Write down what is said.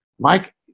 Mike